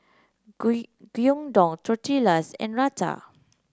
Gyudon Tortillas and Raita